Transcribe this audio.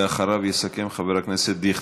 ואחריו יסכם חבר הכנסת דיכטר.